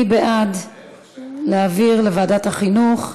מי בעד להעביר לוועדת החינוך?